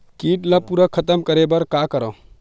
कीट ला पूरा खतम करे बर का करवं?